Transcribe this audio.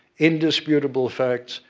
indisputable facts,